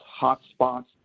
hotspots